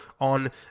on